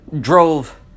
drove